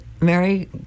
Mary